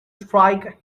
strike